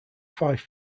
five